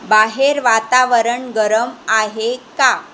बाहेर वातावरण गरम आहे का